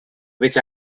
which